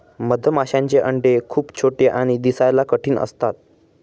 मधमाशांचे अंडे खूप छोटे आणि दिसायला कठीण असतात